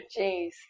Jeez